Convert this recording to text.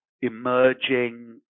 emerging